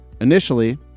Initially